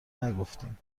نگفتیم